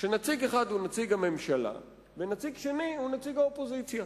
שנציג אחד הוא נציג הממשלה ונציג שני הוא נציג האופוזיציה.